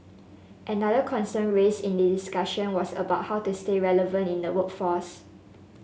another concern raised in the discussion was about how to stay relevant in the workforce